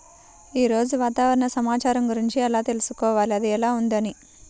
ఈరోజు వాతావరణ సమాచారం గురించి ఎలా తెలుసుకోవాలి అది ఎలా ఉంది అని?